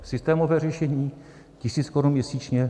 Systémové řešení tisíc korun měsíčně.